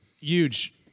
Huge